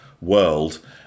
world